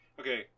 okay